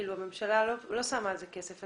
אני מניחה שהממשלה לא שמה על זה כסף.